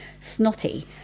snotty